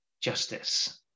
justice